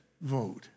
vote